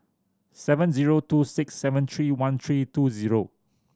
seven zero two six seven three one three two zero